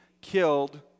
killed